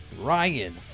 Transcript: Ryan